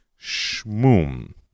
shmum